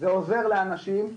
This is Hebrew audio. זה עוזר לאנשים,